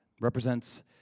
represents